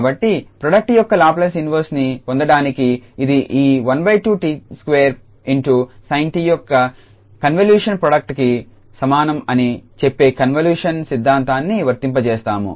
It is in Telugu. కాబట్టి ప్రోడక్ట్ యొక్క లాప్లేస్ ఇన్వర్స్ ని పొందడానికి ఇది ఈ 12𝑡2∗sin𝑡 యొక్క కన్వల్యూషన్ ప్రోడక్ట్ కి సమానం అని చెప్పే కన్వల్యూషన్ సిద్ధాంతాన్ని వర్తింపజేస్తాము